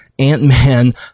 Ant-Man